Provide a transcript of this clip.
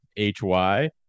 HY